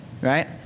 right